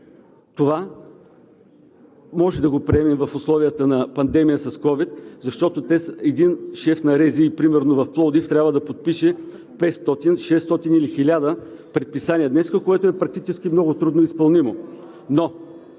Това може да го приемем в условията на пандемия с ковид, защото един шеф на РЗИ, примерно в Пловдив, днес трябва да подпише 500, 600 или 1000 предписания, което е практически много трудно изпълнимо.